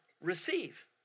receive